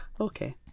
Okay